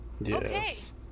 Yes